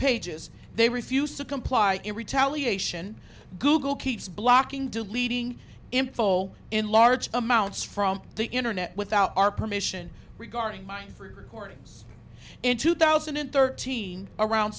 pages they refused to comply in retaliation google keeps blocking deleting info in large amounts from the internet without our permission regarding mine for gordon's in two thousand and thirteen around